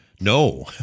no